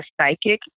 psychic